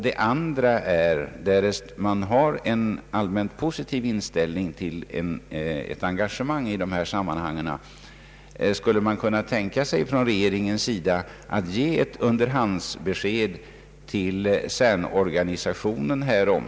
Min andra fråga är: Därest regeringen har en allmänt positiv inställning till ett engagemang i detta sammanhang, skulle regeringen då kunna tänka sig att ge ett konkret besked till CERN organisationen härom?